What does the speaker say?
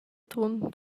trun